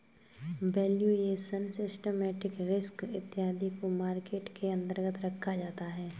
valuation, systematic risk इत्यादि को market के अंतर्गत रखा जाता है